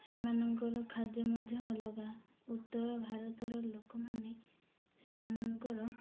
ସେମାନଙ୍କର ଖାଦ୍ୟ ମଧ୍ୟ ଅଲଗା ଉତ୍ତର ଭାରତର ଲୋକମାନେ ସେମାନଙ୍କର